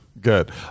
good